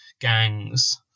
gangs